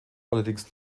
allerdings